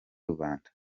rubanda